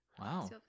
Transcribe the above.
Wow